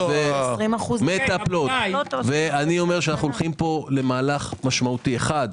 אנו הולכים פה למהלך משמעותי אחד,